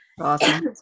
Awesome